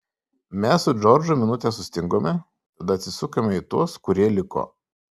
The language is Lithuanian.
mes su džordžu minutę sustingome tada atsisukome į tuos kurie liko